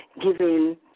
giving